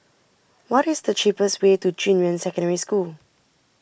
what is the cheapest way to Junyuan Secondary School